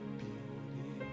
beauty